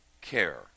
care